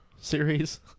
series